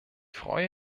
freue